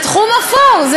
זה תחום אפור,